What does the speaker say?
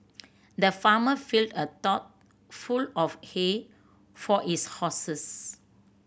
the farmer filled a trough full of hay for his horses